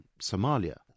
Somalia